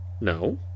No